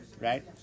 Right